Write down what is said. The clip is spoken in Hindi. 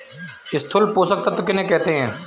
स्थूल पोषक तत्व किन्हें कहते हैं?